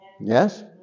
Yes